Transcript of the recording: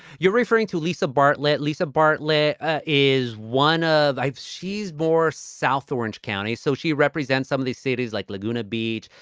you're referring to lisa bartlett. lisa bartlett is one of iv. she's borse south orange county. so she represents some of these cities like laguna beach.